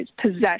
possession